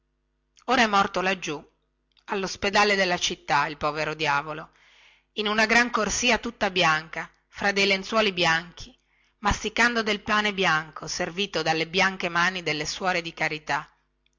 ora è morto laggiù allospedale della città il povero diavolo in una gran corsìa tutta bianca fra dei lenzuoli bianchi masticando del pane bianco servito dalle bianche mani delle suore di carità